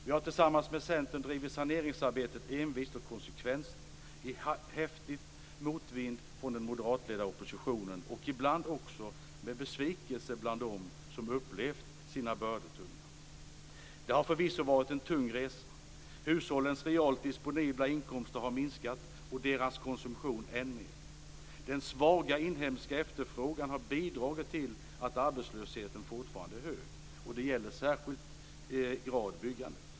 Vi har tillsammans med Centern drivit saneringsarbetet envist och konsekvent, i häftig motvind från den moderatledda oppositionen och ibland också med besvikelse bland dem som upplevt sina bördor som tunga. Det har förvisso varit en tung resa. Hushållens realt disponibla inkomster har minskat - och deras konsumtion ännu mer. Den svaga inhemska efterfrågan har bidragit till att arbetslösheten fortfarande är hög. Det gäller i särskild grad byggandet.